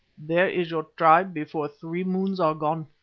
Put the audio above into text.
there is your tribe before three moons are gone.